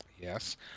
Yes